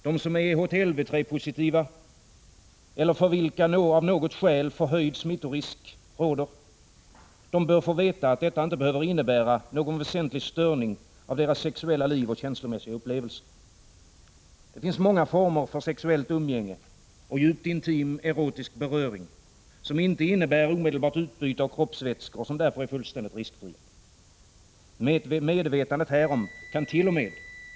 De som är HTLV-III-positiva eller för vilka av något skäl förhöjd smittorisk råder bör får veta att detta inte behöver innebära någon väsentlig störning av deras sexuella liv och känslomässiga upplevelser. Det finns många former för sexuellt umgänge och djupt intim erotisk beröring som inte innebär omedelbart utbyte av kroppsvätskor och som därför är fullständigt riskfria. Medvetandet härom kant.o.m.